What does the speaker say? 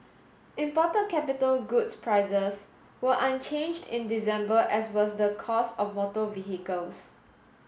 imported capital goods prices were unchanged in December as was the cost of motor vehicles